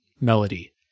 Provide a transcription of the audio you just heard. melody